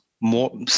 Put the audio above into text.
more